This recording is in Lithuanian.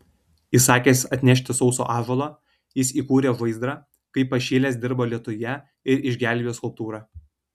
įsakęs atnešti sauso ąžuolo jis įkūrė žaizdrą kaip pašėlęs dirbo lietuje ir išgelbėjo skulptūrą